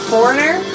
Foreigner